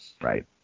Right